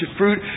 fruit